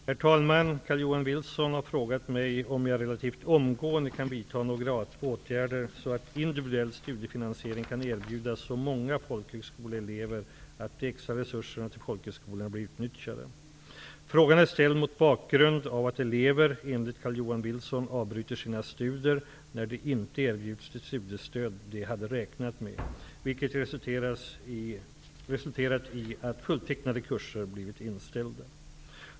Herr talman! Carl-Johan Wilson har frågat mig om jag relativt omgående kan vidta några åtgärder så att individuell studiefinansiering kan erbjudas så många folkhögskoleelever att de extra resurserna till folkhögskolorna blir utnyttjade. Frågan är ställd mot bakgrund av att elever, enligt Carl-Johan Wilson, avbryter sina studier när de inte erbjuds de studiestöd de hade räknat med, vilket resulterat i att fulltecknade kurser blivit inställda.